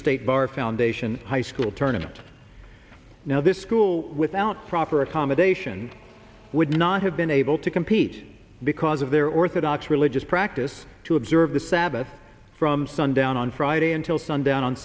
state bar foundation high school tournament now this school without proper accommodation would not have been able to compete because of their orthodox religious practice to observe the sabbath from sundown on friday until sundown on